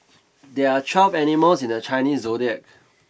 there are twelve animals in the Chinese zodiac